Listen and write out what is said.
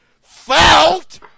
felt